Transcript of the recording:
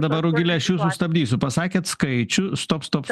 dabar rugile aš jus sustabdysiu pasakėt skaičių stop stop